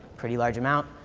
pretty large amount.